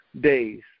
days